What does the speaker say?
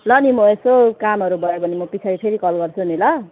ल नि म यसो कामहरू भयो भने म पछाडि फेरि कल गर्छु नि ल